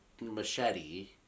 machete